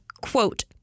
quote